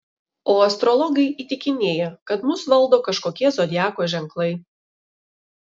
o astrologai įtikinėja kad mus valdo kažkokie zodiako ženklai